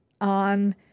on